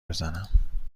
بزنم